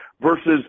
versus